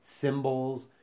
symbols